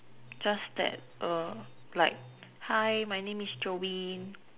just that err like hi my name is joey